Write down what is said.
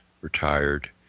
retired